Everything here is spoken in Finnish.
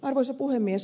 arvoisa puhemies